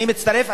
אני מצטרף,